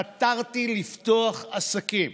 חתרתי לפתוח עסקים.